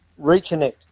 reconnect